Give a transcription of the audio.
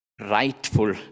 Rightful